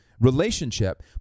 relationship